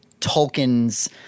Tolkien's